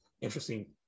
interesting